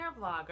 vlogger